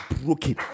broken